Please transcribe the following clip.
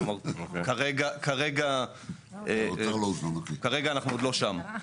כרגע אנחנו עוד לא שם.